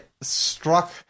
struck